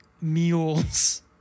mules